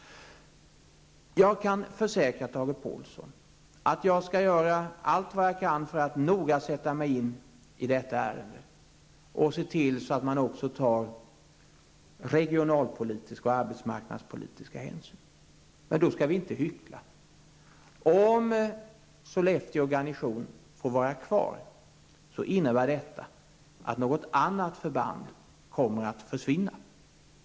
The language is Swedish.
Jag kan försäkra Tage Påhlsson att jag skall göra allt vad jag kan för att noga sätta mig in i detta ärende och se till att man också tar regionalpolitiska och samhällsekonomiska hänsyn. Då skall vi inte hyckla. Om Sollefteågarnisonen får vara kvar, innebär det att något annat förband måste försvinna.